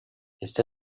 está